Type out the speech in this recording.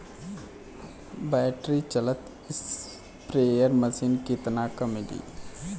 Battery चलत sprayer machine कितना क मिली?